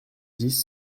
dix